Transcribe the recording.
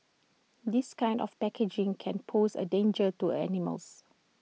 this kind of packaging can pose A danger to animals